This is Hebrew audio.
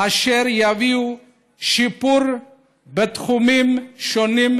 אשר יביאו שיפור בתחומים שונים,